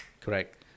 Correct